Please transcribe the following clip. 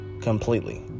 completely